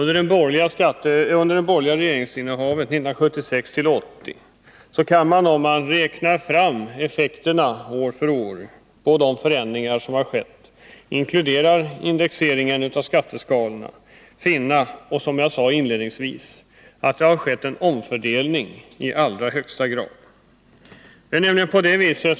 Om man räknar fram effekterna år för år av de förändringar som skett under det borgerliga regeringsinnehavet 1976-1980 och inkluderar indexeringen av skatteskalorna kan man finna — som jag sade inledningsvis — att det i allra högsta grad har skett en omfördelning.